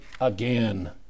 again